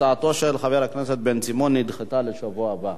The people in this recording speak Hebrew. הצעתו של חבר הכנסת בן-סימון נדחתה לשבוע הבא.